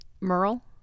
Merle